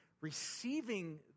receiving